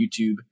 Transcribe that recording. YouTube